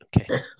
okay